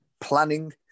planning